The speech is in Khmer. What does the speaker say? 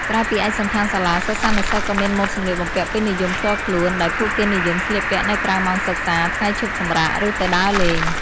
ក្រៅពីឯកសណ្ឋានសាលា សិស្សានុសិស្សក៏មានម៉ូដសម្លៀកបំពាក់ពេញនិយមផ្ទាល់ខ្លួន ដែលពួកគេនិយមស្លៀកពាក់នៅក្រៅម៉ោងសិក្សា ថ្ងៃឈប់សម្រាក ឬទៅដើរលេង។